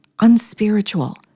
unspiritual